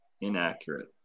inaccurate